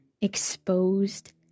exposed